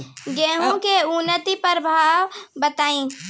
गेंहू के उन्नत प्रभेद बताई?